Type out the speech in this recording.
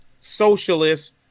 Socialist